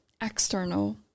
external